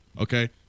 Okay